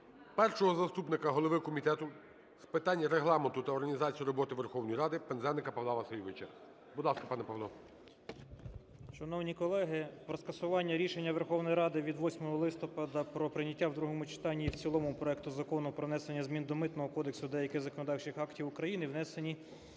першого заступника голови Комітету з питань Регламенту та організації роботи Верховної Ради Пинзеника Павла Васильовича. Будь ласка, пане Павло. 12:46:44 ПИНЗЕНИК П.В. Шановні колеги! Про скасування рішення Верховної Ради від 8 листопада про прийняття в другому читанні і в цілому проекту Закону про внесення змін до Митного кодексу та деяких законодавчих актів України, внесені